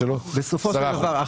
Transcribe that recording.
10%. בסופו של דבר,